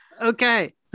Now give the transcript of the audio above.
Okay